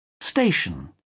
Station